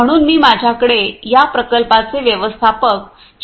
म्हणून मी माझ्याकडे या प्रकल्पाचे व्यवस्थापक श्री